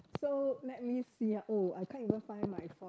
so let me see oh I can't even find my phone